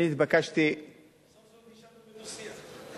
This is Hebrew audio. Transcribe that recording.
אני התבקשתי, סוף-סוף נשארנו בדו-שיח.